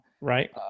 Right